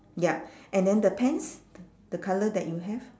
yup and then the pants the colour that you have